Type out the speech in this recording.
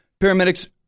Paramedics